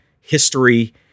history